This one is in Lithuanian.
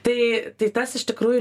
tai tai tas iš tikrųjų